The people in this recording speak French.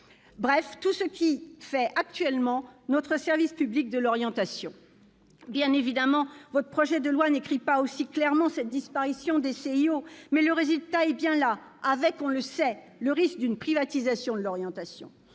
bref, tout ce qui fait actuellement notre service public de l'orientation ? Bien évidemment, votre projet de loi n'acte pas aussi clairement cette disparition des CIO, mais le résultat est bien là, avec, on le sait, le risque d'une privatisation de l'orientation.